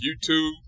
YouTube